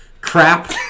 crap